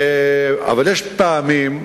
אבל יש פעמים,